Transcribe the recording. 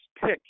pick